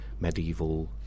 medieval